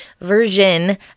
version